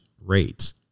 rates